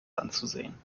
anzusehen